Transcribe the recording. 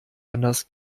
anders